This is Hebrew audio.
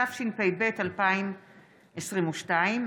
התשפ"ב 2022,